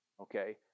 Okay